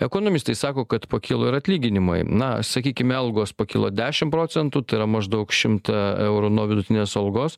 ekonomistai sako kad pakilo ir atlyginimai na sakykime algos pakilo dešim procentų maždaug šimtą eurų nuo vidutinės algos